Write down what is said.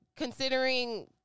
Considering